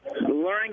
learning